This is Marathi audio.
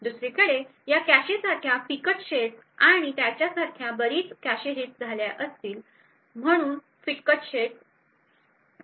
दुसरीकडे या कॅशे सारख्या फिकट शेड्स आणि त्यासारख्या बरीच कॅशे हिट झाल्या आहेत आणि म्हणून फिकट शेड्स आहे